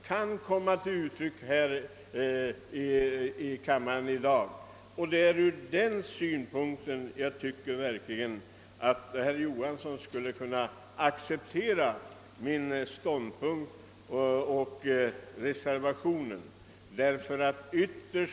Jag tycker därför verkligen att herr Johansson i Trollhättan borde kunna acceptera min och reservanternas ståndpunkt.